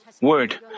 Word